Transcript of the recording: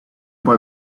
boy